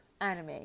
anime